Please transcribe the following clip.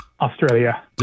Australia